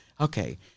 Okay